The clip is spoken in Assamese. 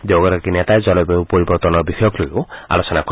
দুয়ো গৰাকী নেতাই জলবায়ু পৰিৱৰ্তনৰ বিষয়কলৈও আলোচনা কৰে